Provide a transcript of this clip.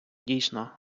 дійсно